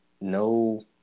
no